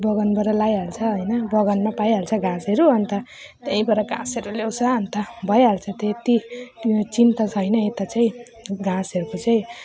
बगानबाट ल्याइहाल्छ हैन बगानमा पाइहाल्छ घाँसहरू अनि त त्यही भएर घाँसहरू ल्याउँछ अनि त भइहाल्छ त्यति त्यो चिन्ता छैन यता चाहिँ अब घाँसहरूको चाहिँ